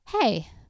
Hey